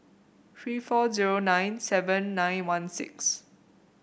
three four zero nine seven nine one six